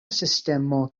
sistemo